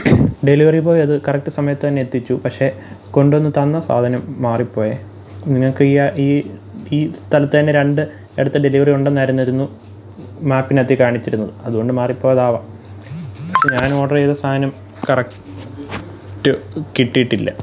delivery boy അതു correct സമയത്തു തന്നെ എത്തിച്ചു പക്ഷെ കൊണ്ടു വന്നു തന്ന സാധനം മാറിപ്പോയേ നിങ്ങൾക്ക് ഈ ഈ ഈ സ്ഥലത്തു തന്നെ രണ്ട് ഇടത്ത് ഡെലിവറി ഉണ്ടെന്നറിഞ്ഞിരുന്നു മാപ്പിനകത്തു കാണിച്ചിരുന്നത് അതു കൊണ്ട് മാറിപ്പോയതാകാം പക്ഷേ ഞാൻ ഓഡർ ചെയ്ത സാധനം കറക്റ്റ് കിട്ടിയിട്ടില്ല